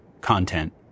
content